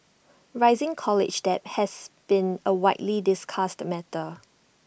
rising college debt has been A widely discussed matter